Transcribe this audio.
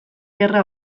gerra